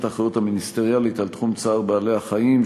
האחריות המיניסטריאלית לתחום צער בעלי-החיים,